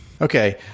Okay